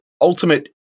ultimate